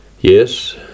Yes